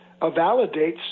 validates